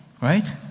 right